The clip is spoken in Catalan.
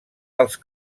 als